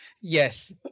Yes